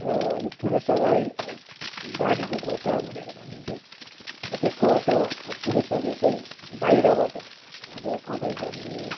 र यो पुरुषहरूलाई बारीको घोँचा भनेर भनिन्थ्यो त्यसको अर्थ अब पुरुषहरूले चाहिँ बाहिरबाट अब कमाइ गर्ने